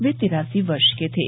वे तिरासी वर्ष के थे